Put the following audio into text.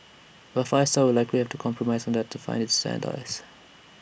but five star would likely have to compromise on that to find its sand dies